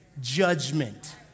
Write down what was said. judgment